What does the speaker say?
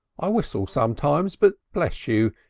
i whistle sometimes, but bless you,